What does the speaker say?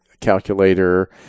calculator